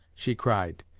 she cried,